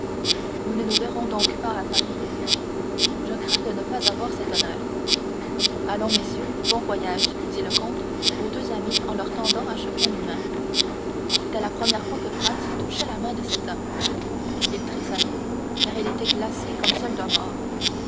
nous ne nous verrons donc pas à paris je crains de ne pas avoir cet honneur allons messieurs bon voyage dit le comte aux deux amis en leur tendant à chacun une main c'était la première fois que franz touchait la main de cet homme il tressaillit car elle était glacée comme celle d'un mort